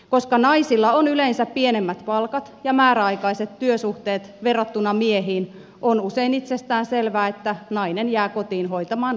koska naisilla on yleensä pienemmät palkat ja määräaikaiset työsuhteet verrattuna miehiin on usein itsestään selvää että nainen jää kotiin hoitamaan lapsia